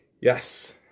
Yes